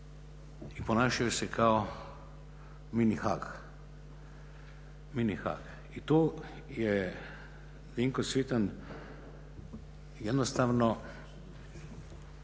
i ponašaju se kao mini Haag. I tu je Dinko Cvitan jednostavno